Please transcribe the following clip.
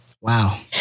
Wow